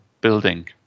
building